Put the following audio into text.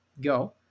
go